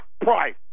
price